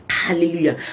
Hallelujah